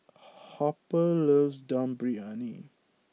Harper loves Dum Briyani